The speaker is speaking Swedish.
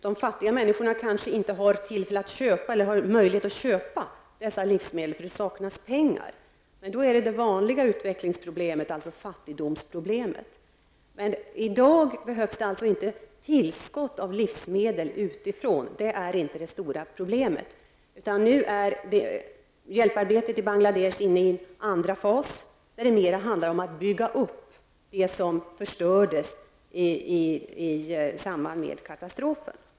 De fattiga människorna kanske inte har tillfälle att köpa dessa livsmedel, eftersom det saknas pengar. Det är då fråga om det vanliga utvecklingsproblemet -- fattigdomsproblemet. Men i dag behövs det alltså inte något tillskott av livsmedel utifrån. Detta är inte det stora problemet. Hjälparbetet i Bangladesh är nu inne i sin andra fas, där det mera handlar om att bygga upp det som förstördes i samband med katastrofen.